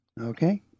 okay